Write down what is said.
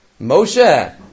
Moshe